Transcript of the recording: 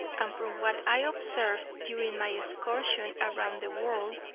and from what i observed during my excursion around the world,